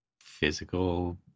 physical